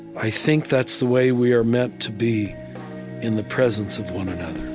i think that's the way we are meant to be in the presence of one another